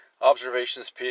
Observations